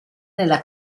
nella